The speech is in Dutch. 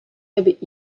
hebben